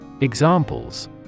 Examples